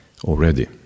already